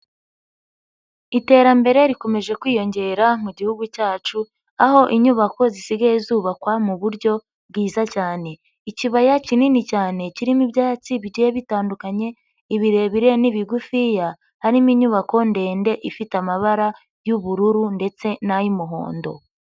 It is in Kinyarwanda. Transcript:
Iterambere rikomeje kwiyongera mu gihugu cyacu, aho inyubako zisigaye zubakwa mu buryo bwiza cyane. Ikibaya kinini cyane kirimo ibyatsi bigiye bitandukanye, ibirebire n'ibigufiya, harimo inyubako ndende ifite amabara y'ubururu ndetse n'ay'umuhondo.